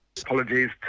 Apologies